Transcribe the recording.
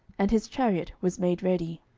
and his chariot was made ready.